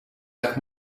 tak